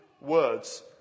words